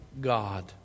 God